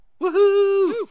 Woohoo